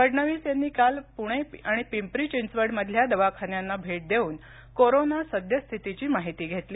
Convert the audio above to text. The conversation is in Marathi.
फडणवीस यांनी काल पुणे आणि पिंपरी चिंचवड दवाखान्यांना भेट देऊन कोरोना सद्यस्थितीची माहिती घेतली